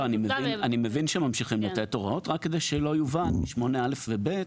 אני מבין שממשיכים לתת הוראות; רק כדי שלא יובן מ-8(א) ו-8(ב)